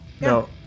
no